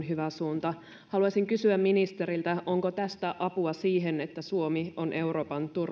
hyvä suunta haluaisin kysyä ministeriltä onko tästä apua siihen että suomi on euroopan